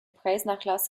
preisnachlass